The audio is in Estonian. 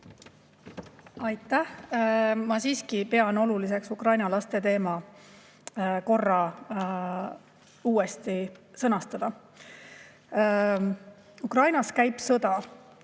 Aitäh! Ma siiski pean oluliseks Ukraina laste teema korra uuesti sõnastada. Ukrainas käib sõda,